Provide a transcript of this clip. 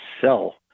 sell